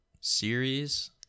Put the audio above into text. Series